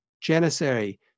Janissary